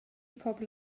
pobl